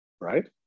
right